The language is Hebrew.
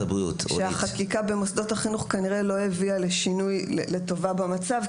שהחקיקה במוסדות החינוך כנראה לא הביאה שינוי לטובה במצב,